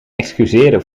excuseren